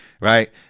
right